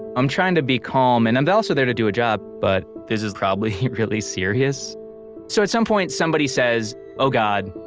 i'm trying to be calm and i'm but also there to do a job, but this is probably really serious so at some point somebody says oh god,